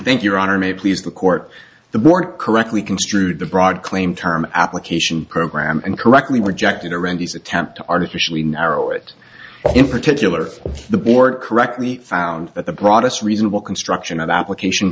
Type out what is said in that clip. think your honor may please the court the more correctly construed the broad claim term application program and correctly rejected or randy's attempt to artificially narrow it in particular the board correctly found that the broadest reasonable construction of the application